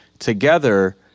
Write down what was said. together